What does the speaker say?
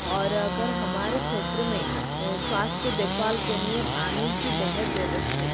और अगर हमारे क्षेत्र में स्वास्थ्य देखभाल के लिए पानी की बहुत ज़रूरत है